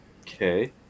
Okay